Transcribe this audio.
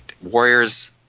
Warrior's